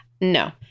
No